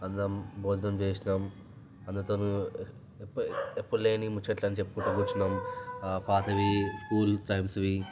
అందరం భోజనం చేసినాం అందరితోనూ ఎప్పుడూ ఎప్పుడూలేని ముచ్చట్లు అన్నీ చెప్పుకుంటూ కూర్చున్నాం పాతవి స్కూల్ టైమ్స్వి